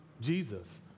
Jesus